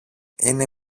είναι